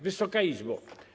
Wysoka Izbo!